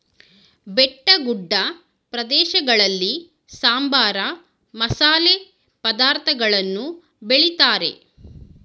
ಬೆಟ್ಟಗುಡ್ಡ ಪ್ರದೇಶಗಳಲ್ಲಿ ಸಾಂಬಾರ, ಮಸಾಲೆ ಪದಾರ್ಥಗಳನ್ನು ಬೆಳಿತಾರೆ